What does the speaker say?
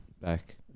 back